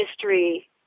history